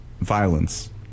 violence